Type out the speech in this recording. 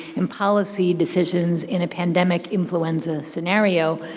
and policy decisions in a pandemic influenza scenario,